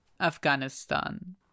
Afghanistan